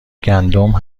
گندم